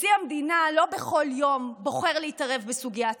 לא בכל יום בוחר נשיא המדינה להתערב בסוגיה ציבורית,